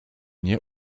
nie